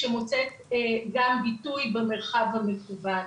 שמוצא גם ביטוי במרחב המקובל.